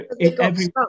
every-